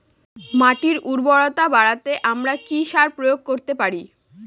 মাটির উর্বরতা বাড়াতে আমরা কি সার প্রয়োগ করতে পারি?